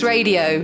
Radio